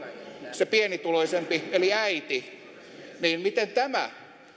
se pienituloisempi eli äiti miten tämä